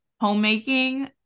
homemaking